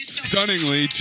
stunningly